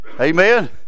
amen